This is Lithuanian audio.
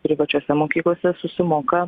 privačiose mokyklose susimoka